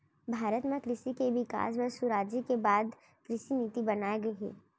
भारत म कृसि के बिकास बर सुराजी के बाद कृसि नीति बनाए गये हे